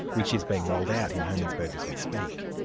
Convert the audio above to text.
which is being rolled out in hermannsburg as we speak.